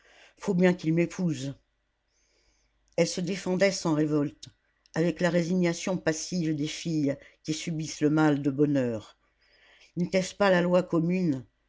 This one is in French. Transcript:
faut bien qu'il m'épouse elle se défendait sans révolte avec la résignation passive des filles qui subissent le mâle de bonne heure n'était-ce pas la loi commune